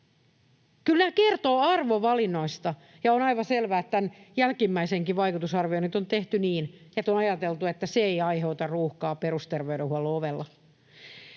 Kyllä nämä kertovat arvovalinnoista, ja on aivan selvää, että tämän jälkimmäisenkin vaikutusarvioinnit on tehty niin, että on ajateltu, että se ei aiheuta ruuhkaa perusterveydenhuollon ovella.